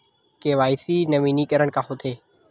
KYC नवीनीकरण का होथे?